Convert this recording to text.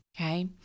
Okay